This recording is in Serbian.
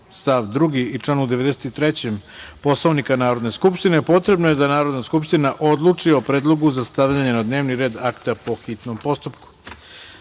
stav 2. i članu 93. Poslovnika Narodne skupštine, potrebno je da Narodna skupština odluči o predlogu za stavljanje na dnevni red akta po hitnom postupku. Vlada